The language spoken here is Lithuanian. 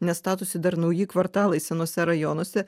nes statosi dar nauji kvartalai senuose rajonuose